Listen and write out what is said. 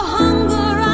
hunger